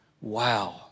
wow